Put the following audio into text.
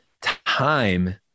time